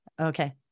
Okay